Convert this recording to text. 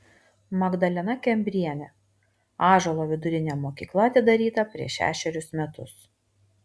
magdalena kembrienė ąžuolo vidurinė mokykla atidaryta prieš šešerius metus